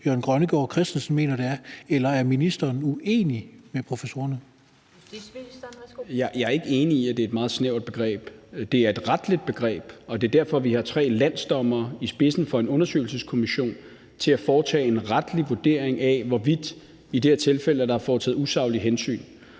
Justitsministeren, værsgo. Kl. 14:47 Justitsministeren (Peter Hummelgaard): Jeg er ikke enig i, at det er en meget snævert begreb. Det er et retligt begreb, og det er derfor, vi har tre landsdommere i spidsen for en undersøgelseskommission til at foretage en retlig vurdering af, hvorvidt der i det her tilfælde er foretaget usaglige hensyn.